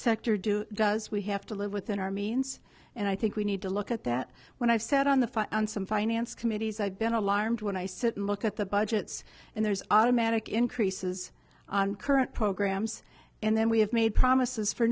sector do does we have to live within our means and i think we need to look at that when i've sat on the on some finance committees i've been alarmed when i sit and look at the budgets and there's automatic increases on current programs and then we have made promises for